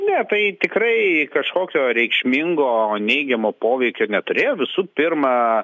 ne tai tikrai kažkokio reikšmingo neigiamo poveikio neturėjo visų pirma